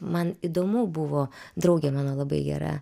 man įdomu buvo draugė mano labai gera